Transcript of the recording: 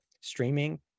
streaming